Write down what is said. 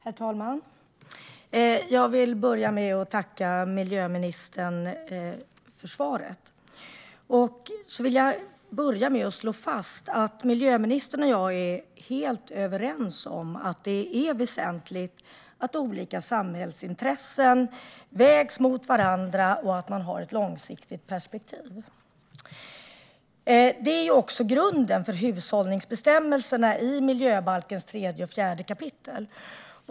Herr talman! Jag vill börja med att tacka miljöministern för svaret. Sedan vill jag slå fast att miljöministern och jag är helt överens om att det är väsentligt att olika samhällsintressen vägs mot varandra och att man har ett långsiktigt perspektiv. Det är också grunden för hushållningsbestämmelserna i miljöbalkens tredje och fjärde kapitel.